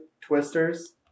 twisters